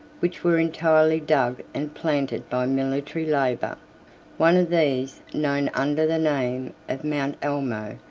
which were entirely dug and planted by military labor. one of these, known under the name of mount almo,